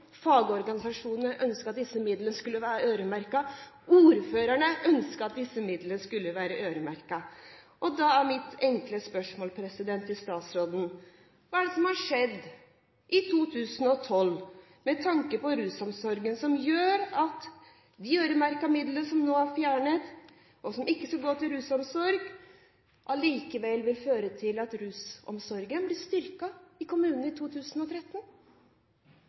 fagorganisasjonene ønsket at disse midlene skulle være øremerket, og ordførerne ønsket at disse midlene skulle være øremerket. Da er mitt enkle spørsmål til statsråden: Hva er det som har skjedd i 2012 med tanke på rusomsorgen når de øremerkede midlene nå er fjernet og ikke skal gå til rusomsorg, og det allikevel vil føre til at rusomsorgen blir styrket i kommunene i 2013?